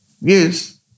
Yes